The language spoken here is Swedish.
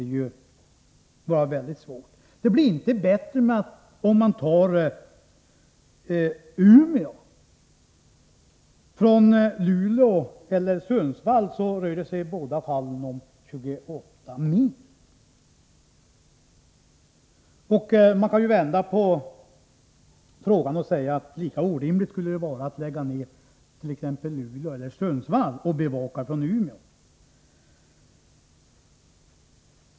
Och inte blir det bättre om man sköter bevakningen från Umeå. Både sträckan Umeå-Luleå och sträckan Umeå-Sundsvall är 28 mil. Lika orimligt skulle det vara att lägga ned distriktskontoren i Luleå eller Sundsvall och ha bevakningen i Umeå.